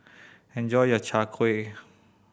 enjoy your Chai Kuih